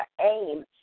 aim